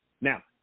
Now